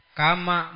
kama